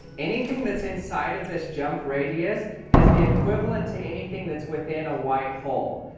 anything that's inside of this jump radius is the equivalent to anything that's within a white hole.